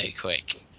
quick